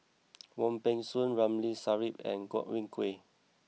Wong Peng Soon Ramli Sarip and Godwin Koay